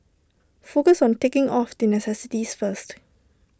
focus on ticking off the necessities first